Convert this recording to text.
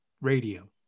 radio